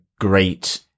great